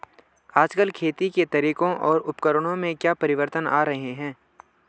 आजकल खेती के तरीकों और उपकरणों में क्या परिवर्तन आ रहें हैं?